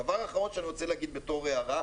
דבר אחרון שאני רוצה להגיד בתור הערה,